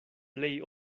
plej